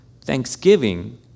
Thanksgiving